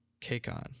KCON